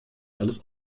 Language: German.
alles